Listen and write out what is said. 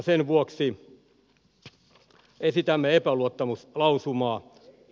sen vuoksi esitämme epäluottamuslausumaa